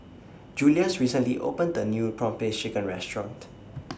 Julious recently opened The New Prawn Paste Chicken Restaurant